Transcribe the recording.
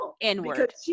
inward